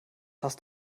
hast